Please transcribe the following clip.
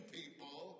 people